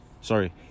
sorry